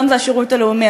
והיום זה השירות הלאומי.